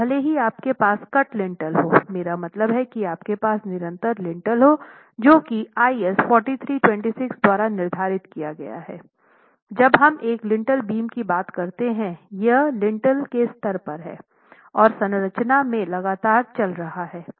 अब भले ही आपके पास काट लिंटल हो मेरा मतलब है कि आपके पास निरंतर लिंटल हैं जो कि आईएस 4326 द्वारा निर्धारित किया गया है जब हम एक लिंटल बीम की बात करते हैं यह लिंटल के स्तर पर है और संरचना में लगातार चल रहा है